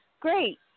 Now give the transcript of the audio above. great